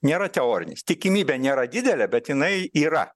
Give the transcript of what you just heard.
nėra teorinis tikimybė nėra didelė bet jinai yra